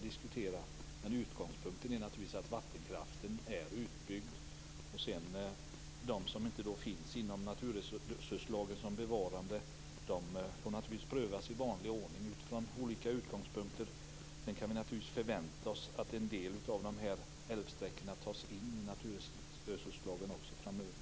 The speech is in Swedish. Men utgångspunkten är naturligtvis att vattenkraften är utbyggd, och de älvsträckor som inte anges som bevarade inom naturresurslagen får naturligtvis prövas i vanlig ordning från olika utgångspunkter. Vi kan naturligtvis förvänta oss att en del av dessa älvsträckor också tas in i naturresurslagen framöver.